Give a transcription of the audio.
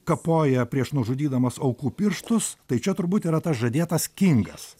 kapoja prieš nužudydamas aukų pirštus tai čia turbūt yra tas žadėtas kingas